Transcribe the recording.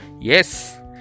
Yes